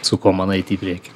su kuo man eiti į priekį